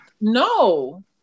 no